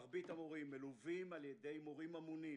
מרבית המורים מלווים על-ידי מורים אמונים